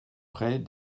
près